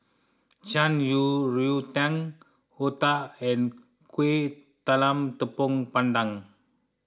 Shan Rui Tang Otah and Kuih Talam Tepong Pandan